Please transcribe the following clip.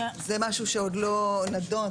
זה משהו שעוד לא נידון.